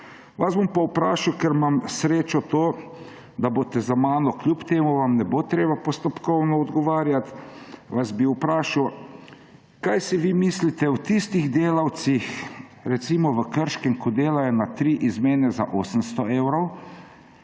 Vas bom pa vprašal, ker imam to srečo, da boste za menoj, kljub temu vam ne bo treba postopkovno odgovarjati, bi vas vprašal, kaj si vi mislite o tistih delavcih, recimo, v Krškem, ki delajo na tri izmene za 800 evrov